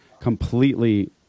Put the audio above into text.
completely